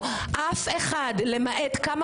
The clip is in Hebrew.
אפילו יושב-ראש לא הצלחתם להחליף.